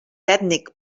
ètnic